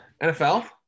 NFL